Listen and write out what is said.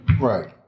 Right